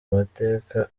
mateka